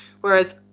whereas